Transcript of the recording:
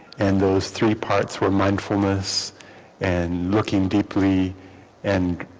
and those three parts were mindfulness and looking deeply and